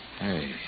Hey